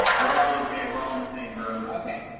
they're all okay, we're all in the same room. okay.